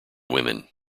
women